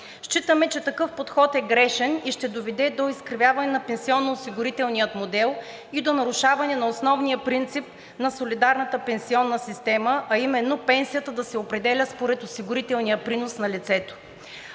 считаме, че такъв подход е грешен и ще доведе до изкривяване на пенсионноосигурителния модел и до нарушаване на основния принцип на солидарната пенсионна система, а именно пенсията да се определя според осигурителния принос на лицето.